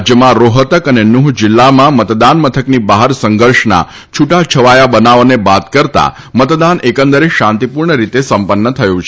રાજયમાં રોહતક અને નૂફ જીલ્લામાં મતદાન મથકની બહાર સંઘર્ષના છુટાછવાયા બનાવોને બાદ કરતાં મતદાન એકંદરે શાંતીપુર્ણ રીતે સંપન્ન થયું હતું